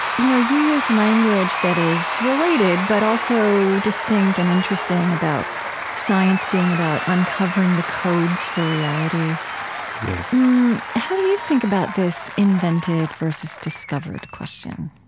you know, you use language that is related, but also distinct and interesting about science being about uncovering the codes for reality yes how do you think about this invented versus discovered question?